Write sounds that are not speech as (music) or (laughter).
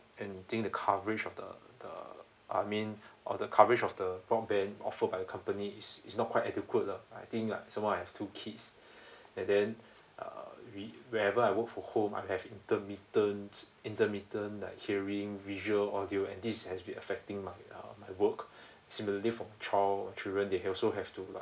and I think the coverage of the the I mean (breath) of the coverage of the broadband offered by the company is is not quite adequate lah I think like so more I have two kids (breath) and then uh we wherever I work for home I have intermittent intermittent like hearing visual audio and this has been affecting my uh my work (breath) similarly from child children they also have to like